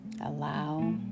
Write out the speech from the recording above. allow